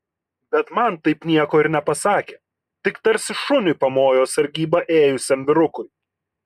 bet man taip nieko ir nepasakė tik tarsi šuniui pamojo sargybą ėjusiam vyrukui